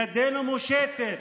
ידנו מושטת